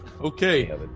Okay